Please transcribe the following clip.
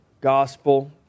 Gospel